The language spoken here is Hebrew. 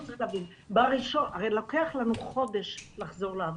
הרי לוקח לנו חודש לחזור לעבודה.